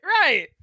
right